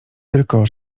tylko